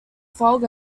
fog